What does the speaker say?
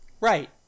Right